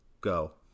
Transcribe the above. Go